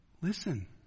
Listen